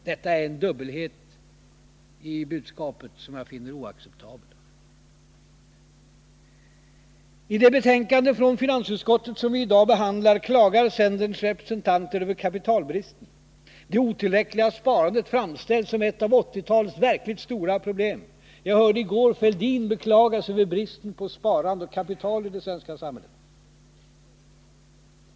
Detta är en dubbelhet i budskapet som jag finner oacceptabel. I det betänkande från finansutskottet som vi i dag behandlar klagar centerns representanter över kapitalbristen. Det otillräckliga sparandet framställs som ett av 1980-talets verkligt stora problem. Och jag hörde i går Thorbjörn Fälldin beklaga sig över bristen på sparande och kapital i det svenska samhället.